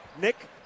Nick